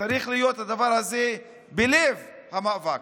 הדבר הזה צריך להיות בלב המאבק.